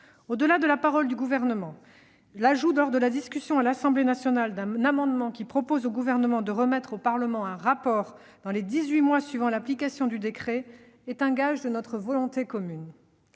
Au-delà de la parole du Gouvernement, l'adoption, lors de la discussion à l'Assemblée nationale, d'un amendement qui tend à proposer au Gouvernement de remettre au Parlement un rapport dans les dix-huit mois suivant l'application du décret, est un gage de notre volonté commune.